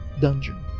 dungeon